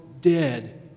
dead